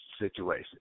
situation